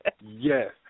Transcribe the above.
Yes